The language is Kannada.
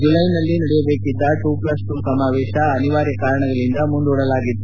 ಜುಲೈನಲ್ಲಿ ನಡೆಯಬೇಕಾಗಿದ್ದ ಟು ಪ್ವಸ್ ಟು ಸಮಾವೇಶ ಅನಿವಾರ್ಯ ಕಾರಣಗಳಿಂದ ಮುಂದೂಡಲಾಗಿತ್ತು